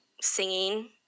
singing